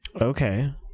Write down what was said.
okay